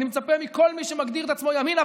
אני מצפה מכל מי שמגדיר את עצמו ימין,